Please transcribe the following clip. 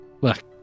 look